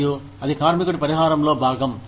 మరియు అది కార్మికుడి పరిహారంలో భాగం